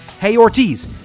heyortiz